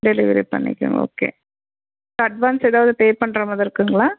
delivery பண்ணிக்கணும் okay advance ஏதாவது pay பண்ணுற மாதிரி இருக்குங்களா